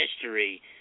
history